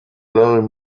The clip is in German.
larry